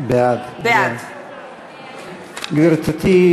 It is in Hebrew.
בעד גברתי,